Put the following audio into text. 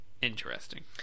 interesting